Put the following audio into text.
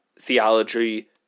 theology